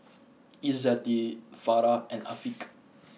Izzati Farah and Afiq